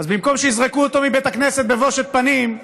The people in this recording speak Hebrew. אז במקום שיזרקו אותו מבית הכנסת בבושת פנים,